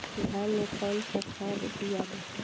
धान मे कौन सा खाद दियाला?